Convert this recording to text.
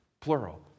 plural